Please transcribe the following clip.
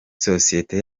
sosiyete